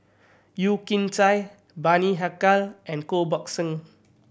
Yeo Kian Chai Bani Haykal and Koh Buck Song